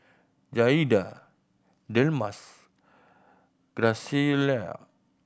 Jaeda Delmas Graciela